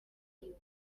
you